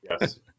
Yes